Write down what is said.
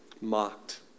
mocked